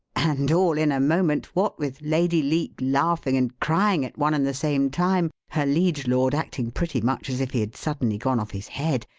and all in a moment, what with lady leake laughing and crying at one and the same time, her liege lord acting pretty much as if he had suddenly gone off his head,